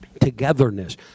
togetherness